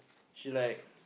she like